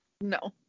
No